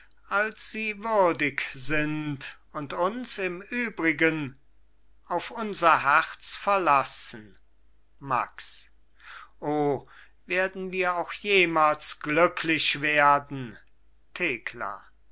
als sie würdig sind und uns im übrigen auf unser herz verlassen max o werden wir auch jemals glücklich werden thekla